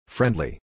Friendly